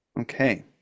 Okay